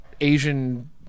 Asian